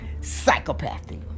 psychopathy